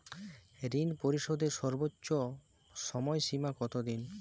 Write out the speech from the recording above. ঋণ পরিশোধের সর্বোচ্চ সময় সীমা কত দিন?